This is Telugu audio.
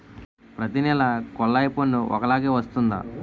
ప్రతి నెల కొల్లాయి పన్ను ఒకలాగే వస్తుందా?